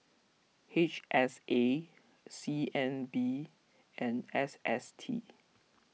H S A C N B and S S T